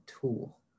tool